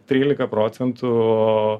trylika procentų